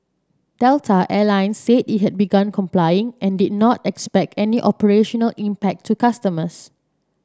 Delta Air Lines said it had begun complying and did not expect any operational impact to customers